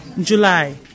July